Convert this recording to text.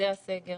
מחסידי הסגר